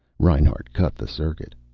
reinhart cut the circuit.